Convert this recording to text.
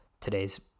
today's